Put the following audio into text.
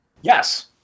Yes